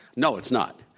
no, it's not.